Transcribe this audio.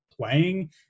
playing